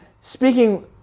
speaking